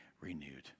renewed